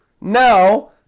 Now